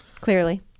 Clearly